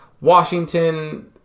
Washington